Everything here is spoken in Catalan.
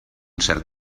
cert